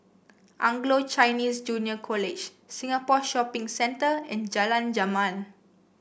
Anglo Chinese Junior College Singapore Shopping Centre and Jalan Jamal